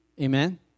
Amen